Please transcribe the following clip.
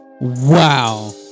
Wow